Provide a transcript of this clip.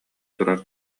турар